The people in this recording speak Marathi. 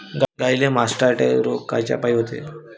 गाईले मासटायटय रोग कायच्यापाई होते?